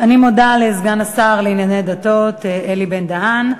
אני מודה לסגן השר לענייני דתות אלי בן-דהן.